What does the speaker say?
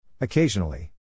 Occasionally